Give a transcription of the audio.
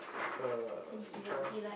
uh you try loh